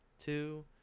Two